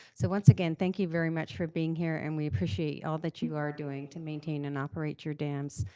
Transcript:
so once again, thank you very much for being here, and we appreciate all that you are doing to maintain and operate your dams.